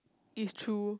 is true